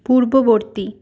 পূর্ববর্তী